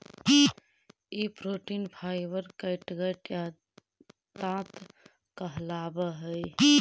ई protein fibre catgut या ताँत कहलावऽ हई